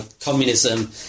communism